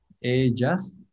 ellas